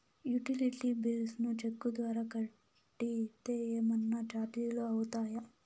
Utility bills ను cheque ద్వారా కట్టితే ఏమన్నా చార్జీలు అవుతాయా?